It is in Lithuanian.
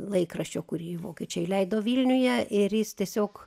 laikraščio kurį vokiečiai leido vilniuje ir jis tiesiog